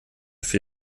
für